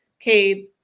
okay